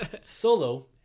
Solo